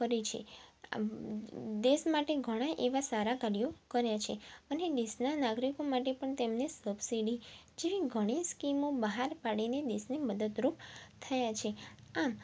કરી છે દેશ માટે ઘણા એવાં સારા કાર્યો કર્યાં છે અને દેશના નાગરિકો માટે પણ તેમણે સબસિડી જેવી ઘણી સ્કીમો બહાર પાડીને દેશને મદદરુપ થયા છે આમ